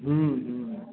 हूँ हूँ